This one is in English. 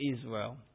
Israel